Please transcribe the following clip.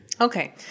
Okay